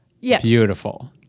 beautiful